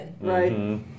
Right